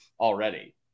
already